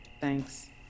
Thanks